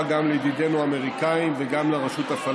גם לידידינו האמריקנים וגם לרשות הפלסטינית.